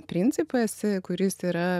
principas kuris yra